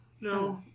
no